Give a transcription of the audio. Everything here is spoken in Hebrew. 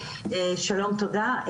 שלום תודה,